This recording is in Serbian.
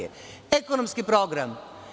Ekonomski program.